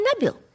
Nabil